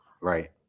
Right